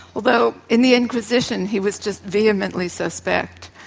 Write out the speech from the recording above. although in the inquisition he was just vehemently suspect.